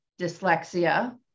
dyslexia